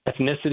ethnicity